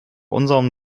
unserem